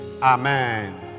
Amen